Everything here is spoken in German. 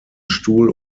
stuhl